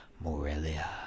Morelia